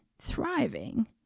thriving